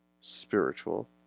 spiritual